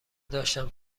داشتم